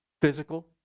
physical